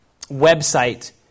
website